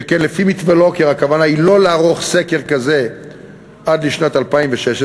שכן לפי מתווה לוקר הכוונה היא לא לערוך סקר כזה עד לשנת 2016,